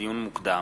לדיון מוקדם: